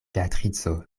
beatrico